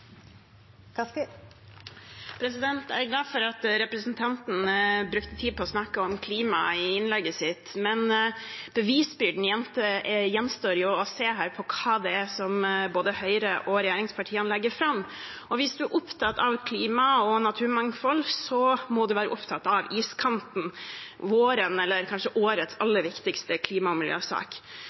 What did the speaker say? Jeg er glad for at representanten brukte tid på å snakke om klima i innlegget sitt, men bevisbyrden gjenstår – det å se hva Høyre og regjeringspartiene legger fram. Hvis man er opptatt av klima og naturmangfold, må man være opptatt av iskanten – vårens, eller kanskje årets, aller viktigste klima- og miljøsak.